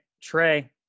Trey